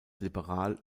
liberal